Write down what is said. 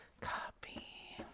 Copy